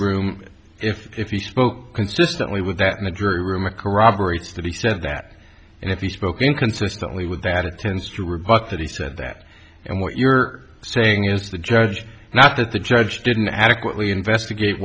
room if you spoke consistently with that in the jury room or corroborates that he said that and if he spoke inconsistently with that it tends to rebut that he said that and what you're saying is the judge not that the judge didn't adequately investigate